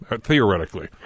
theoretically